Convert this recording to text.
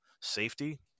safety